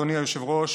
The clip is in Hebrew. אדוני היושב-ראש,